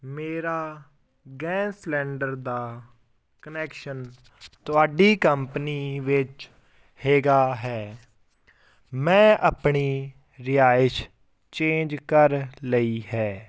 ਮੇਰਾ gas cylinder ਦਾ connection ਤੁਹਾਡੀ ਕੰਪਨੀ ਵਿੱਚ ਹੈਗਾ ਹੈ ਮੈਂ ਆਪਣੀ ਰਿਹਾਇਸ਼ ਚੇਂਜ ਕਰ ਲਈ ਹੈ